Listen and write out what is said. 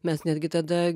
mes netgi tada